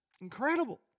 Incredible